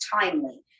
timely